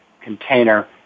container